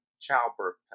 childbirth